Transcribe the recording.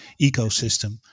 ecosystem